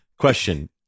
Question